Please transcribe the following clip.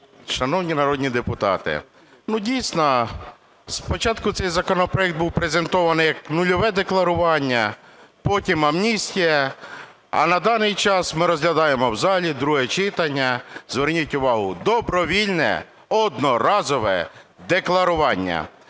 Шановні народні депутати, дійсно, спочатку цей законопроект був презентований як нульове декларування, потім – амністія. А на даний час ми розглядаємо в залі, друге читання, зверніть увагу, добровільне одноразове декларування.